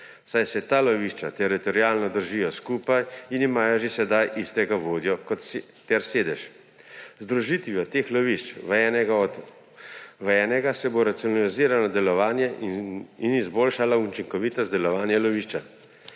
saj se ta lovišča teritorialno držijo skupaj in imajo že sedaj istega vodjo ter sedež. Z združitvijo teh lovišč v enega se bo racionaliziralo delovanje in izboljšala učinkovitost delovanja lovišča.